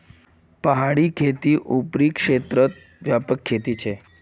पहाड़ी खेती ऊपरी क्षेत्रत व्यापक खेती छे